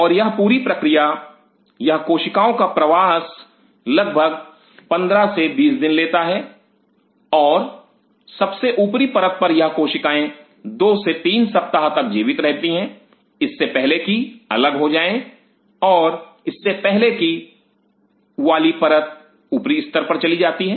और यह पूरी प्रक्रिया यह कोशिकाओं का प्रवास लगभग 15 20 दिन लेता है और सबसे ऊपरी परत पर यह कोशिकाएँ दो से तीन सप्ताह तक जीवित रहती है इससे पहले कि अलग हो जाएं और इसके पहले की परत ऊपरी स्तर पर चली जाती है